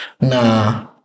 nah